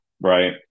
right